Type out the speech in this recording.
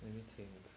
let me think